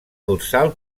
dorsal